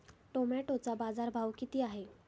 टोमॅटोचा बाजारभाव किती आहे?